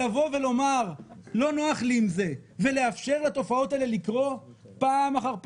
לבוא ולומר: לא נוח לי עם זה ולאפשר לתופעות לקרות פעם אחר פעם?